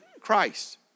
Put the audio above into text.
Christ